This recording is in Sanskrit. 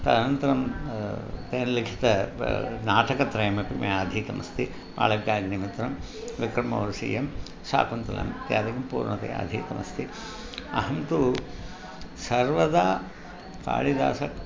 तद् अनन्तरं तेन लिखितं नाटकत्रयमपि मया अधीतमस्ति मालविकाग्निमित्रं विक्रमोर्वशीयं शाकुन्तलम् इत्यादिकं पूर्णतया अधीतमस्ति अहं तु सर्वदा कालिदासस्य